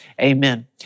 Amen